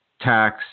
tax